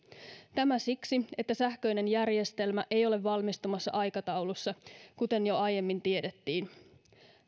tämä siksi että sähköinen järjestelmä ei ole valmistumassa aikataulussa kuten jo aiemmin tiedettiin